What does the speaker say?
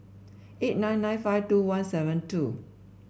eight nine nine five two one seven two